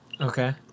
Okay